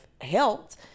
helped